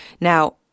Now